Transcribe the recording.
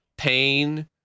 pain